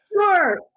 Sure